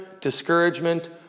discouragement